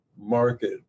market